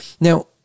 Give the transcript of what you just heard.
Now